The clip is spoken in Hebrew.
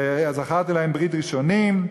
וזכרתי להם ברית ראשנים".